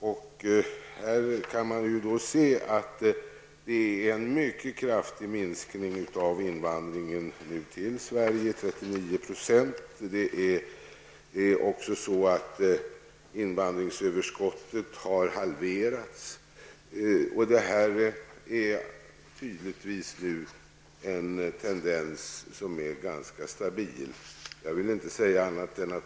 Där kan man utläsa att minskningen av invandringen till Sverige är mycket kraftig, 39 %. Invandringsöverskottet har halverats. Detta är givetvis en tendens som är ganska stabil.